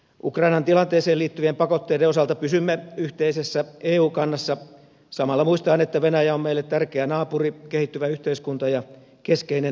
ukrainan tilanteeseen liittyvien pakotteiden osalta pysymme yhteisessä eu kannassa samalla muistaen että venäjä on meille tärkeä naapuri kehittyvä yhteiskunta ja keskeinen kauppakumppani